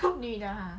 女的 uh